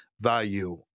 value